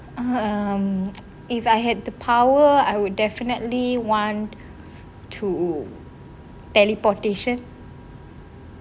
um if I had the power I would definitely want to teleportation